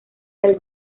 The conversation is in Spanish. del